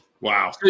Wow